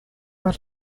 her